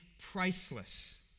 priceless